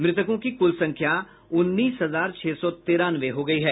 मृतकों की कुल संख्या उन्नीस हजार छह सौ तिरानवे हो गई है